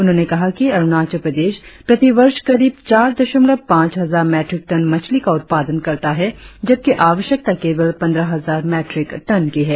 उन्होंने कहा कि अरुणाचल प्रदेश प्रति वर्ष करीब चार दशमलव पांच हजार मैट्रिक टन मच्छली का उत्पादन करता है जबकि आवश्यकता केवल पंद्रह हजार मैट्रिक टन की है